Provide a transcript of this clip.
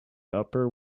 upper